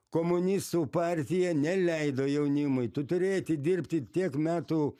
komunistų partija neleido jaunimui tu turėti dirbti tiek metų